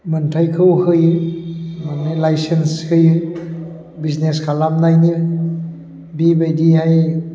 मोनथायखौ होयो लाइसेन्स होयो बिजनेस खालामनायनि बेबायदिहाय